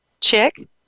Chick